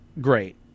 Great